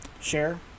share